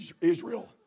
Israel